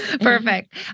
Perfect